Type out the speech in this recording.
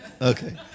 okay